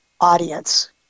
audience